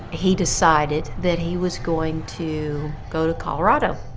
he decided that he was going to go to colorado.